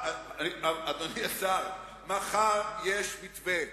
אדוני השר, מחר יש מתווה